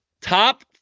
top